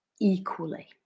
equally